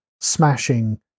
smashing